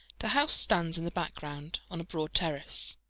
the house stands in the background, on a broad terrace.